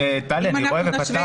טלי, אני רואה ופתחתי בזה.